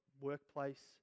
workplace